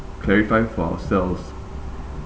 clarify for ourselves